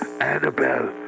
Annabelle